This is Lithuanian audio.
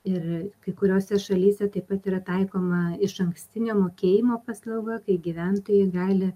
ir kai kuriose šalyse taip pat yra taikoma išankstinio mokėjimo paslauga kai gyventojai gali